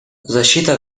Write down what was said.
защита